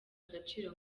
agaciro